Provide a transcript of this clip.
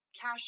cash